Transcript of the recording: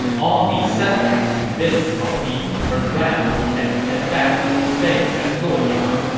all these setbacks convinced cao pi to turn around and head back to his base at luoyang.